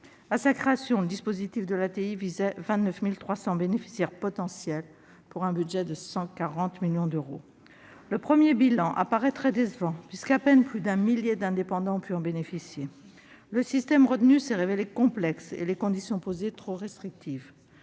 À sa création, le dispositif de l'ATI visait 29 300 bénéficiaires potentiels, pour un budget de 140 millions d'euros. Le premier bilan apparaît très décevant puisqu'à peine plus d'un millier d'indépendants ont pu bénéficier de cette allocation. Le système retenu s'est révélé complexe et les conditions posées sont apparues